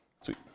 Sweet